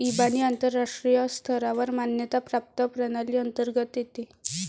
इबानी आंतरराष्ट्रीय स्तरावर मान्यता प्राप्त प्रणाली अंतर्गत येते